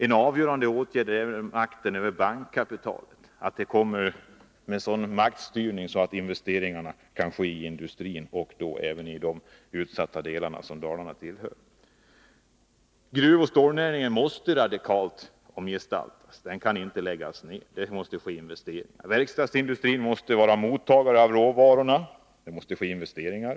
En avgörande åtgärd är att se till att makten över bankkapitalet kommer under sådan styrning att investeringarna kan ske i industrin och i de utsatta delarna av landet, dit Dalarna hör. Gruvoch stålnäringen måste radikalt omgestaltas — inte läggas ned. Där måste det ske investeringar. Verkstadsindustrin måste vara mottagare av råvarorna. Där måste det ske investeringar.